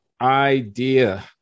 idea